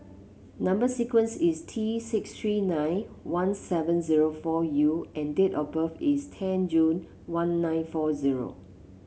number sequence is T six three nine one seven zero four U and date of birth is ten June one nine four zero